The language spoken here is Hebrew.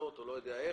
בתקנות או בדרך אחרת.